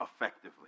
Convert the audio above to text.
effectively